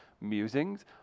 musings